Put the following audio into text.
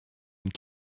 and